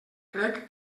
crec